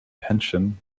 pension